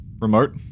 remote